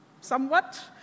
somewhat